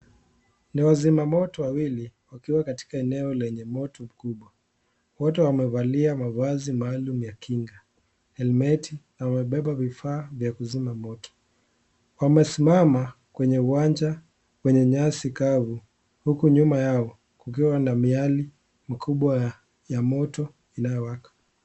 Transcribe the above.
Ni wazima Moto wawili wakiwa katika eneo lenye moto mkubwa, wote wamevalia mavazi maalum ya kinga ,helmeti na wamebeba vifaa vya kuzima moto. Wamesimama kwenye uwanja wenye nyasi kavu huku nyuma Yao kukiwa na miale mkubwa ya moto inayowaka.